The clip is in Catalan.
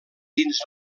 dins